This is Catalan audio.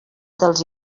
dels